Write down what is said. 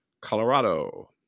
Colorado